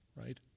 right